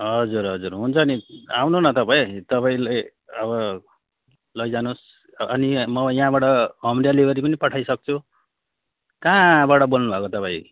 हजुर हजुर हुन्छ नि आउनु न तपाईँ तपाईँले अब लैजानुहोस् अनि म यहाँबाट होम डेलिभरी पनि पठाइसक्छु कहाँबाट बोल्नुभएको तपाईँ